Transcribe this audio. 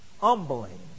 humbling